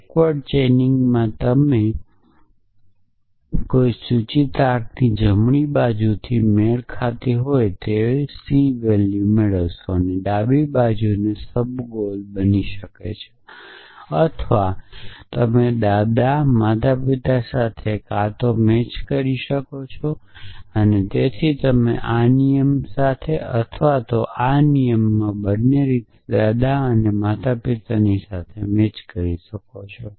બેક્વર્ડની chaining માં તમે કોઈ સૂચિતાર્થની જમણી બાજુથી મેળ ખાતા હોય તે c છે ડાબી બાજુ સબગોલ બની શકે છે અથવા તમે દાદા માતાપિતા સાથે ક્યાં તો મેચ કરી શકો છો તેથી તમે આ નિયમ સાથે અથવા આ નિયમમાં બંને રીતે દાદા માતાપિતાની સાથે મેચ કરી શકો છો